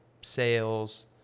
sales